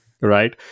right